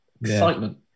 Excitement